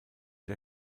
der